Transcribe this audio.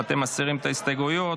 אתם מסירים את ההסתייגויות.